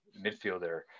midfielder